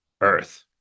Earth